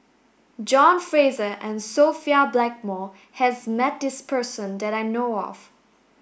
John Fraser and Sophia Blackmore has met this person that I know of